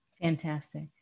Fantastic